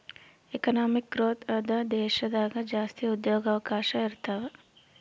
economic growth ಆದ ದೇಶದಾಗ ಜಾಸ್ತಿ ಉದ್ಯೋಗವಕಾಶ ಇರುತಾವೆ